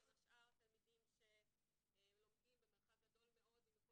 בין השאר תלמידים שלומדים במרחק גדול מאוד ממקום